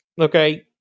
Okay